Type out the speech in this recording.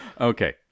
Okay